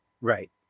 Right